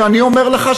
שאני אומר לך,